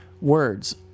words